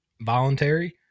voluntary